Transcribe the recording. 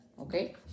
okay